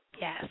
Yes